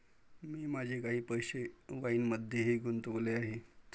मी माझे काही पैसे वाईनमध्येही गुंतवले आहेत